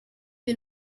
wir